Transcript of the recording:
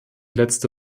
letzte